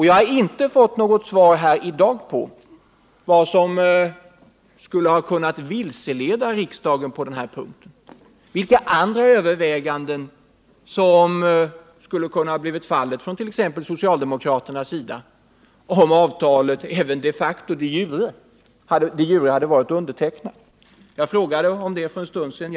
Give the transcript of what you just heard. Jag har inte fått något svar i dag på vad som skulle ha kunnat vilseleda riksdagen på den här punkten — vilka andra överväganden som t.ex. socialdemokraterna skulle ha kunnat göra om avtalet även de jure hade varit undertecknat. Jag frågade om det för en stund sedan.